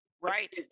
Right